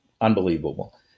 unbelievable